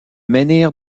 menhir